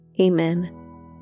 Amen